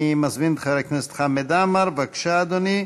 אני מזמין את חבר הכנסת חמד עמאר, בבקשה, אדוני.